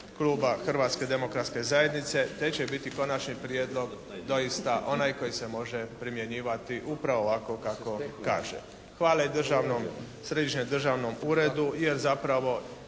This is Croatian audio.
Hrvatske demokratske zajednice te će biti konačni prijedlog doista onaj koji se može primjenjivati upravo ovako kako kaže. Hvala i državnom, Središnjem državnom uredu jer zapravo